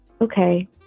Okay